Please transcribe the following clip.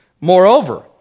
Moreover